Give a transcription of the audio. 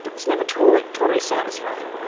but it's never totally totally satisfying.